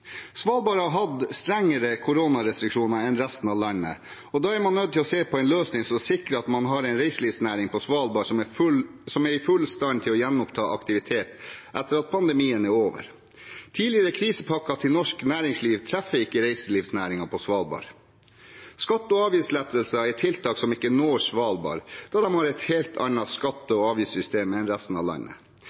Svalbard har hatt strengere koronarestriksjoner enn resten av landet, og da er man nødt til å se på en løsning som sikrer at man har en reiselivsnæring på Svalbard som er fullt ut i stand til å gjenoppta aktiviteten når pandemien er over. Tidligere krisepakker til norsk næringsliv treffer ikke reiselivsnæringen på Svalbard. Skatte- og avgiftslettelser er tiltak som ikke når Svalbard, da de har et helt annet skatte- og avgiftssystem enn resten av landet.